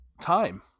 time